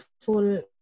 full